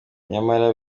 nyamara